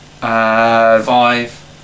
Five